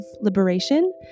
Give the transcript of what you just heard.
liberation